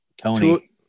tony